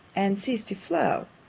and ceased to flow.